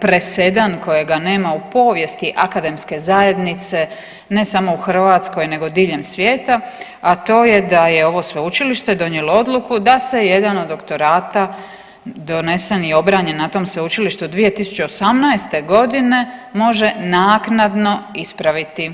presedan kojega nema u povijesti akademske zajednice, ne samo u Hrvatskoj, nego diljem svijeta, a to je da je ovo sveučilište donijelo odluku da se jedan od doktorata donesen i obranjen na tom sveučilištu 2018. godine može naknadno ispraviti.